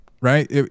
right